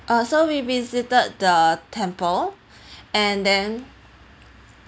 uh so we visited the temple and then